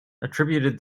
attributed